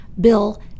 bill